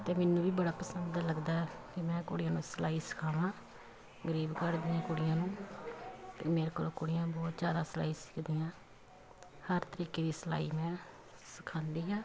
ਅਤੇ ਮੈਨੂੰ ਵੀ ਬੜਾ ਪਸੰਦ ਲੱਗਦਾ ਕਿ ਮੈਂ ਕੁੜੀਆਂ ਨੂੰ ਸਿਲਾਈ ਸਿਖਾਵਾਂ ਗਰੀਬ ਘਰ ਦੀਆਂ ਕੁੜੀਆਂ ਨੂੰ ਅਤੇ ਮੇਰੇ ਕੋਲ ਕੁੜੀਆਂ ਬਹੁਤ ਜ਼ਿਆਦਾ ਸਿਲਾਈ ਸਿੱਖਦੀਆਂ ਹਰ ਤਰੀਕੇ ਦੀ ਸਿਲਾਈ ਮੈਂ ਸਿਖਾਉਂਦੀ ਹਾਂ